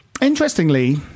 Interestingly